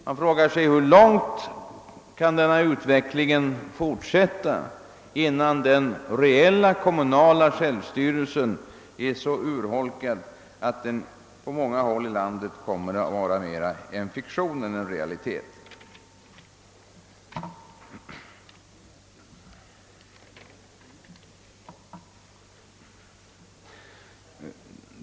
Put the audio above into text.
Man frågar sig hur långt den utveckling som nu pågår kan fortsätta, innan den kommunala självstyrelsen är så urholkad, att den på många håll i landet har blivit en fiktion i stället för en realitet.